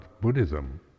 Buddhism